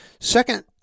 Second